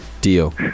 Deal